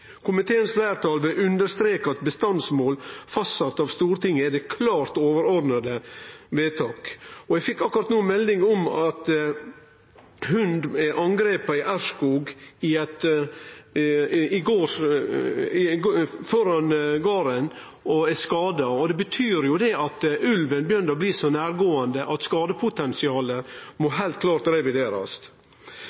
Komiteens flertall vil understreke at bestandsmål fastsatt av Stortinget er det klart overordnede vedtak.» Eg fekk akkurat no melding om at ein hund er angripen på ein gard i Aurskog og er skada. Det betyr at ulven begynner å bli så nærgåande at skadepotensialet heilt klart må